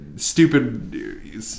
stupid